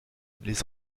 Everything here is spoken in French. les